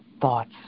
thoughts